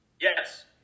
Yes